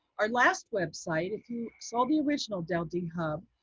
our last website, if you saw the original deldhub